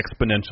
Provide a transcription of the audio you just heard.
Exponential